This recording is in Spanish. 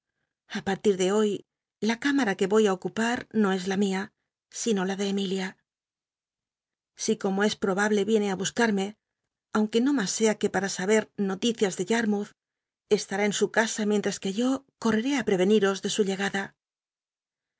a partir de hoy la c imara que yoy r ocupar no es la mia sino la de emilia si como es probable yienc i bnscar mc aunque no mas sea que para sa ber noticias de yarmoulh es tará en su casa mientras que yo correré á preveniros de su llegada